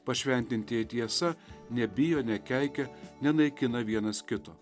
pašventintieji tiesa nebijo nekeikia nenaikina vienas kito